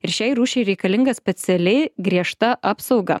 ir šiai rūšiai reikalinga specialiai griežta apsauga